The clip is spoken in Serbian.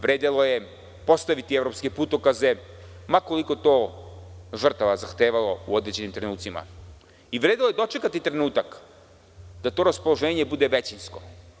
Vredelo je postaviti evropske putokaze, ma koliko to žrtava zahtevalo u određenim trenucima i vredelo je dočekati trenutak da to raspoloženje bude većinsko.